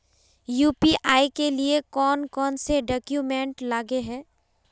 UPI के लिए कौन कौन से डॉक्यूमेंट लगे है?